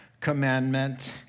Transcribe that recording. commandment